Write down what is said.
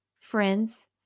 friends